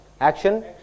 action